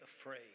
afraid